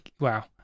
wow